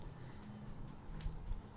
so it's a next level advertising